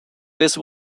this